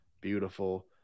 beautiful